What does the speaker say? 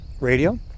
radio